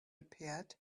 appeared